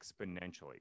exponentially